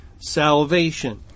Salvation